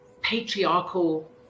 patriarchal